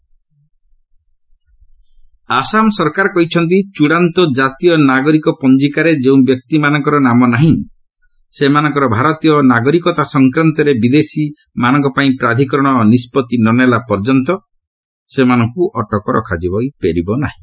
Assam NRC notice Assam ସରକାର କହିଛନ୍ତି ଚୂଡାନ୍ତ ଜାତୀୟ ନାଗରିକ ପଞ୍ଜିକାରେ ଯେଉଁ ବ୍ୟକ୍ତିମାନଙ୍କର ନାମ ନାହିଁ ସେମାନଙ୍କର ଭାରତୀୟ ନାଗରିକତା ସଂକ୍ରାନ୍ତରେ ବିଦେଶୀମାନଙ୍କ ପାଇଁ ପ୍ରାଧିକରଣ ନିଷ୍ପଭି ନନେଲା ପର୍ଯ୍ୟନ୍ତ ସେମାନଙ୍କୁ ଅଟକ ରଖାଯିବ ନାହିଁ